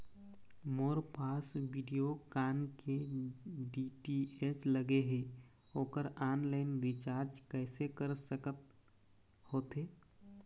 मोर पास वीडियोकॉन के डी.टी.एच लगे हे, ओकर ऑनलाइन रिचार्ज कैसे कर सकत होथे?